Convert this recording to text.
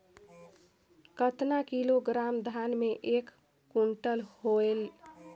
कतना किलोग्राम धान मे एक कुंटल होयल?